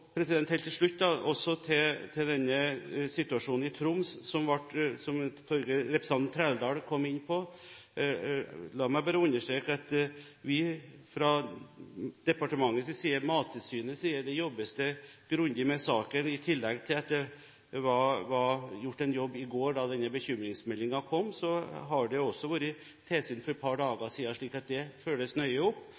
Helt til slutt til situasjonen i Troms som representanten Trældal kom inn på: La meg bare understreke at det fra departementets og Mattilsynets side jobbes grundig med saken. I tillegg til at det var gjort en jobb i går da denne bekymringsmeldingen kom, var det også tilsyn for et par dager